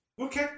Okay